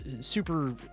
super